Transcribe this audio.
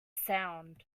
sound